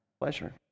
pleasure